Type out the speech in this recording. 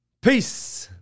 Peace